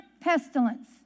pestilence